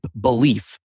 belief